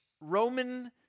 Roman